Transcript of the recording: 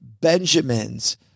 Benjamins